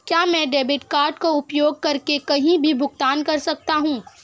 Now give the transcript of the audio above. क्या मैं debit card का उपयोग करके कहीं भी भुगतान कर सकता हूं?